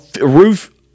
roof